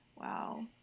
Wow